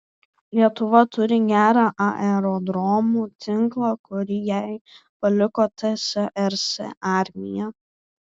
lietuva turi gerą aerodromų tinklą kurį jai paliko tsrs armija